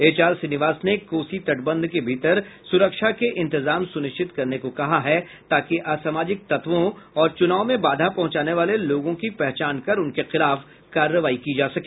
HR Srinivas ने कोसी तटबंध के भीतर सुरक्षा के इंतजाम सुनिश्चित करने को कहा है ताकि असामाजिक तत्वों और चूनाव में बाधा पहुंचाने वाले लोगों की पहचान कर उनके खिलाफ कार्रवाई की जा सके